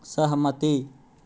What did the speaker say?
सहमति